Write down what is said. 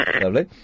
Lovely